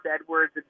Edwards